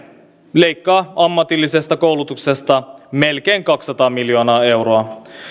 leikkaa ammatillisesta koulutuksesta melkein kaksisataa miljoonaa euroa